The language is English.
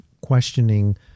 questioning